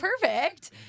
perfect